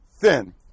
thin